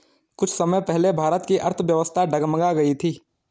कुछ समय पहले भारत की अर्थव्यवस्था डगमगा गयी थी